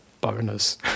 bonus